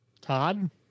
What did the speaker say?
todd